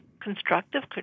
constructive